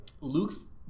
Luke's